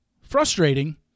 Frustrating